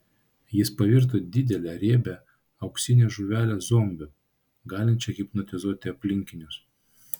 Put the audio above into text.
jis pavirto didele riebia auksine žuvele zombiu galinčia hipnotizuoti aplinkinius